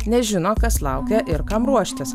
nežino kas laukia ir kam ruoštis